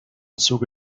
zuge